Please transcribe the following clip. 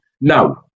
now